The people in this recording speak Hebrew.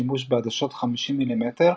בשימוש בעדשות 50 מ"מ,